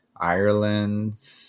Ireland